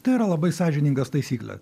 tai yra labai sąžiningas taisyklės